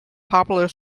popular